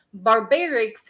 barbarics